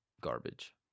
garbage